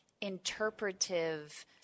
interpretive